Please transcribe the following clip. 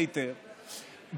היטב,